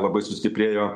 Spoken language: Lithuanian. labai sustiprėjo